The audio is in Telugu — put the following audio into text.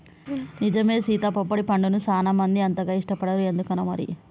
నిజమే సీత పొప్పడి పండుని సానా మంది అంతగా ఇష్టపడరు ఎందుకనో మరి